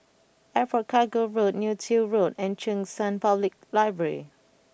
Airport Cargo Road Neo Tiew Road and Cheng San Public Library